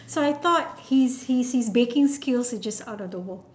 so I thought his his his baking skills are just out of the world